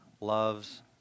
loves